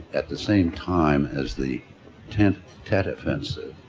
at the same time as the tet tet offensive